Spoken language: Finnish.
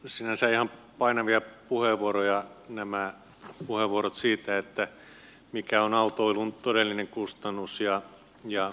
sinänsä ihan painavia puheenvuoroja nämä puheenvuorot siitä mikä on autoilun todellinen kustannus ja mikä ei